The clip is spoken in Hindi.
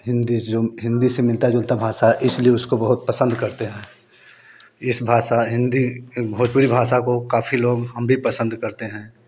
हिंदी जो हिंदी से मिलता जुलता भाषा है इसलिए उसको बहुत पसंद करते हैं इस भाषा हिंदी भोजपुरी भाषा को काफ़ी लोग हम भी पसंद करते हैं